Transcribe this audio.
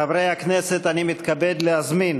חברי הכנסת, אני מתכבד להזמין